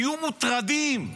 תהיו מוטרדים.